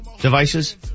devices